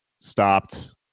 stopped